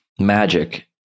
magic